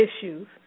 issues